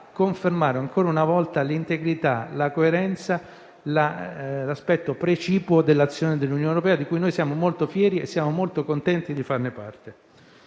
confermare ancora una volta l'integrità, la coerenza, l'aspetto precipuo dell'azione dell'Unione europea di cui noi siamo molto fieri, e siamo molto contenti di farne parte.